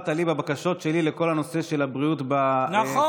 לי בבקשות שלי בכל הנושא של הבריאות בפריפריה.